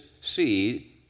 seed